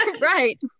right